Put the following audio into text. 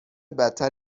بدتر